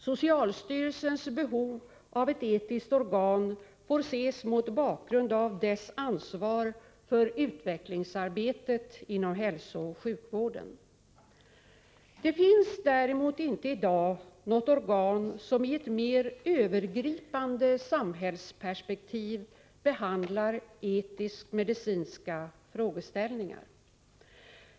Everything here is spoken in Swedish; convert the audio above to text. Socialstyrelsens behov av ett etiskt organ får ses mot bakgrund av dess ansvar för utvecklingsarbetet inom hälsooch sjukvården. Det finns däremot inte i dag något organ, som i ett mer övergripande samhällsperspektiv behandlar etisk-medicinska frågeställningar.